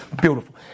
Beautiful